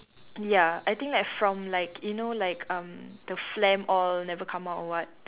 ya I think like from like you know like um the phlegm all never come out or what